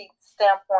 standpoint